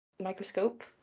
microscope